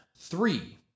Three